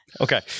Okay